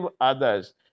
others